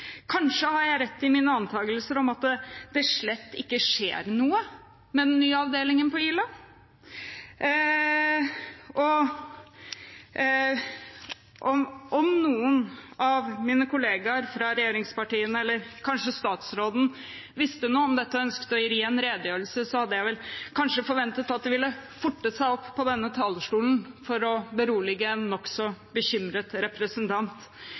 Kanskje har jeg rett i mine antagelser om at det slett ikke skjer noe med den nye avdelingen på Ila. Og om noen av mine kollegaer fra regjeringspartiene – eller kanskje statsråden – visste noe om dette og ønsket å gi en redegjørelse, hadde jeg kanskje forventet at de ville forte seg opp på denne talerstolen for å berolige en nokså bekymret representant.